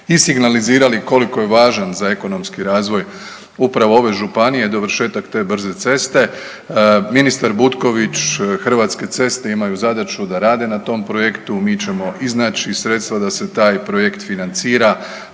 i signalizirali koliko je važan za ekonomski razvoj upravo ove županije dovršetak te brze ceste. Ministar Butković, Hrvatske ceste imaju zadaću da rade na tom projektu, mi ćemo iznaći sredstva da se taj projekt financira,